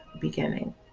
beginning